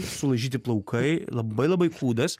sulaižyti plaukai labai labai kūdas